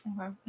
Okay